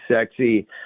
sexy